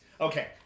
Okay